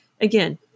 again